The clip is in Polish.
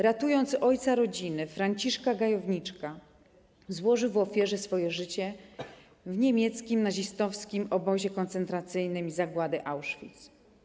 Ratując ojca rodziny - Franciszka Gajowniczka, złożył w ofierze swoje życie w niemieckim nazistowskim obozie koncentracyjnym i zagłady Auschwitz.